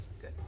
Good